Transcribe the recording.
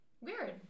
Weird